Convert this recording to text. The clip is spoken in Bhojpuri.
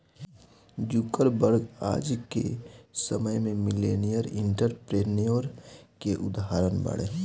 जुकरबर्ग आज के समय में मिलेनियर एंटरप्रेन्योर के उदाहरण बाड़े